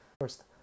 First